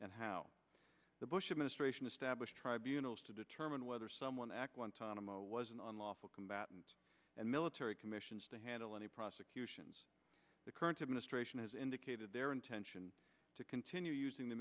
and how the bush administration established tribunals to determine whether someone act one time a wasn't on lawful combatants and military commissions to handle any prosecutions the current administration has indicated their intention to continue using the